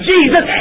Jesus